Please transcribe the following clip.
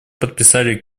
подписали